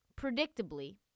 Predictably